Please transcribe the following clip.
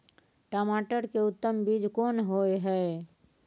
टमाटर के उत्तम बीज कोन होय है?